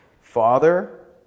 Father